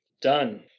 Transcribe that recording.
Done